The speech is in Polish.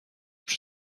przy